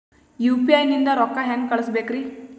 UPI ನಿಂದ ರೊಕ್ಕ ಹೆಂಗ ಕಳಸಬೇಕ್ರಿ?